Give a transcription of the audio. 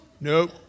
Nope